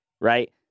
right